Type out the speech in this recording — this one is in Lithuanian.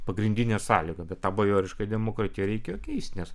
pagrindinė sąlyga bet tą bajorišką demokratiją reikėjo keisti nes